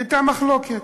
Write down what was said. הייתה מחלוקת,